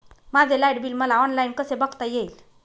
माझे light bill मला online कसे बघता येईल?